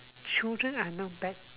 children I know back